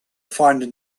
finding